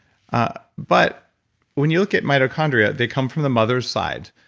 ah but when you look at mitochondria, they come from the mother's side.